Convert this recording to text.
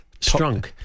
Strunk